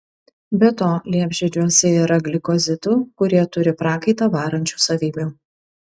be to liepžiedžiuose yra glikozidų kurie turi prakaitą varančių savybių